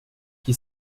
qui